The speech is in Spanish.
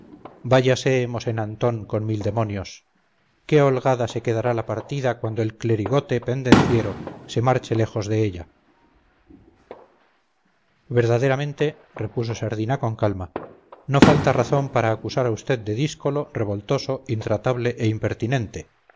váyase mosén antón con mil demonios qué holgada se quedará la partida cuando el clerigote pendenciero se marche lejos de ella verdaderamente repuso sardina con calma no falta razón para acusar a usted de díscolo revoltoso intratable e impertinente